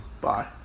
Bye